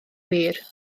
wir